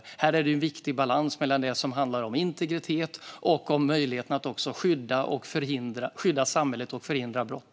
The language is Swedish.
Här handlar det om en viktig balans mellan å ena sidan integritet och å andra sidan möjligheterna att skydda samhället och förhindra brott.